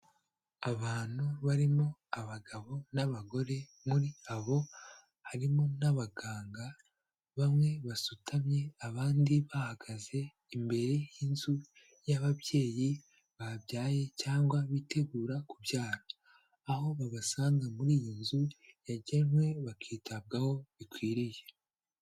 Abantu barimo abagabo n'abagore muri abo harimo n'abaganga bamwe, basutamye abandi bahagaze imbere y'inzu y'ababyeyi babyaye cyangwa bitegura kubyara, aho babasanga muri iyi nzu yagenwe bakitabwaho bikwiriye.